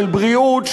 של בריאות,